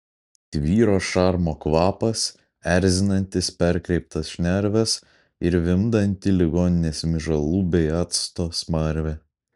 tvyro šarmo kvapas erzinantis perkreiptas šnerves ir vimdanti ligoninės myžalų bei acto smarvė